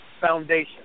foundation